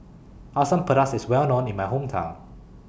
Asam Pedas IS Well known in My Hometown